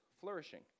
flourishing